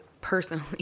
personally